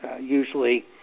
usually